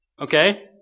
Okay